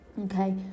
okay